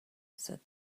said